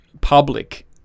public